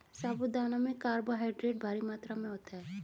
साबूदाना में कार्बोहायड्रेट भारी मात्रा में होता है